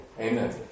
amen